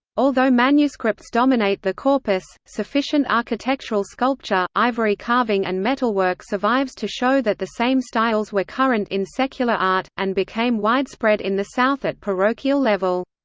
although manuscripts dominate the corpus, sufficient architectural sculpture, ivory carving and metalwork survives to show that the same styles were current in secular art, and became widespread in the south at parochial level.